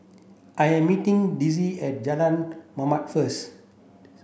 I am meeting Desirae at Jalan Mamam first